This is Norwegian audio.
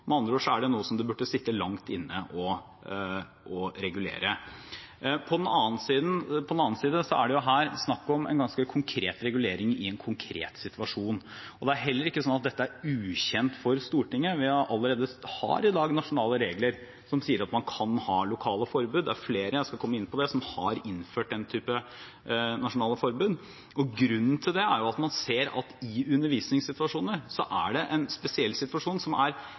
Med andre ord er det noe som det burde sitte langt inne å regulere. På den annen side er det jo her snakk om en ganske konkret regulering i en konkret situasjon, og dette er heller ikke ukjent for Stortinget. Vi har allerede i dag regler som sier at man kan ha lokale forbud, og det er flere – jeg skal komme inn på det – som har innført den typen forbud. Grunnen til det er at man ser at en undervisningssituasjon er en spesiell situasjon som er